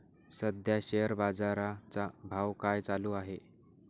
सध्या शेअर बाजारा चा भाव काय चालू आहे?